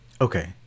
Okay